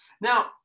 Now